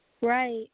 Right